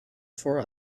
for